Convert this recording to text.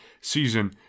season